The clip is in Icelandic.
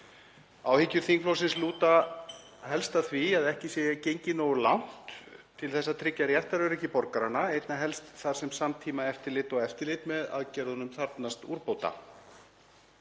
Áhyggjur þingflokksins lúta helst að því að ekki sé gengið no?gu langt til þess að tryggja re?ttaröryggi borgaranna, einna helst þar sem samti?maeftirlit og eftirlit með aðgerðunum þarfnast úrbóta.